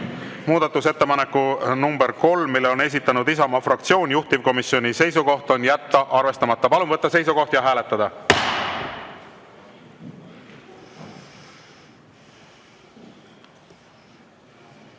muudatusettepaneku nr 4, mille on esitanud Isamaa fraktsioon. Juhtivkomisjoni seisukoht on jätta arvestamata. Palun võtta seisukoht ja hääletada!